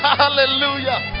hallelujah